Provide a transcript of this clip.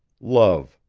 love,